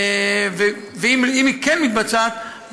ואם היא כן מתבצעת,